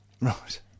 Right